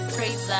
Praise